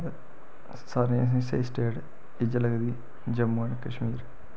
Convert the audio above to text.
ते सारें असेंगी स्हेई स्टेट इयै लगदी जम्मू ऐंड कश्मीर